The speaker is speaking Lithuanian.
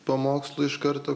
po mokslų iš karto